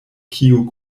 kiu